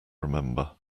remember